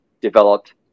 developed